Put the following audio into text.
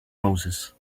roses